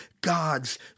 God's